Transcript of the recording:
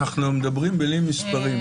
אנחנו מדברים בלי מספרים.